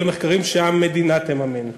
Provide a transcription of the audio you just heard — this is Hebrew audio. אלה מחקרים שהמדינה תממן,